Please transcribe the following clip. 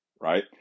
Right